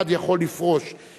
אחד יכול לפרוש,